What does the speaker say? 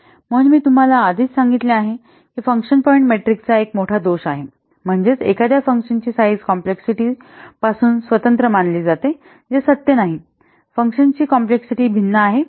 म्हणून मी तुम्हाला आधीच सांगितले आहे की फंक्शन पॉईंट मेट्रिकचा एक मोठा दोष आहे म्हणजेच एखाद्या फंक्शनची साईझ कॉम्प्लेक्सिटी पासून स्वतंत्र मानली जाते जे सत्य नाही फंकशन ची कॉम्प्लेक्सिटी भिन्न आहे